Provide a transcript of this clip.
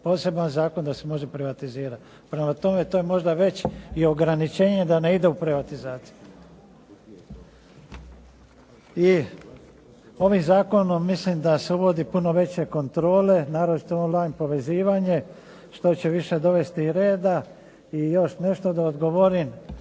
poseban zakon da se može privatizirati. Prema tome, to je možda već i ograničenje da ne ide u privatizaciju. I ovim zakonom mislim da se uvode puno veće kontrole, naročito online povezivanje, što će više dovesti i reda i još nešto da odgovorim.